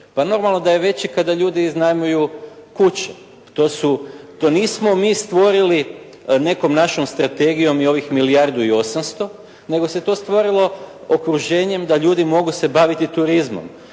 normalno da je veći kada ljudi iznajmljuju kuće. To nismo mi stvorili nekom našom strategijom i ovih milijardu i 800, nego se to stvorilo okruženjem da ljudi mogu se baviti turizmom.